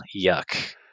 yuck